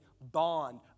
bond